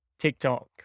tiktok